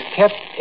kept